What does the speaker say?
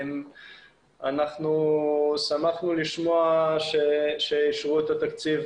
אנחנו שמחנו לשמוע שאישרו את התקציב